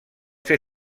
fer